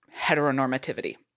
heteronormativity